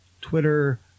Twitter